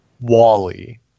Wally